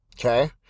Okay